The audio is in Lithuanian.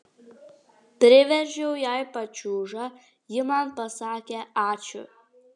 priveržiau jai pačiūžą ji man pasakė ačiū